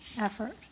effort